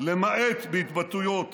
למעט בהתבטאויות